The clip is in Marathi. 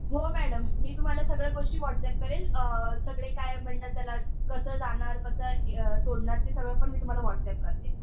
हो मॅडम मी तुम्हाला सगळ्या गोष्टी व्हॉट्सॲप करेल सगळे काय म्हणतात त्याला कसं जाणार कसं ए सोडणार ते सगळं पण मी तुम्हाला व्हॉट्सॲप करते